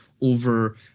over